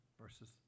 versus